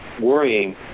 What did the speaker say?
worrying